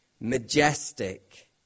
majestic